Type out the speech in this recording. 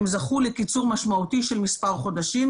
הם זכו לקיצור משמעותי של מספר חודשים,